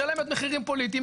משלמת מחירים פוליטיים,